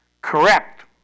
Correct